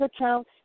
account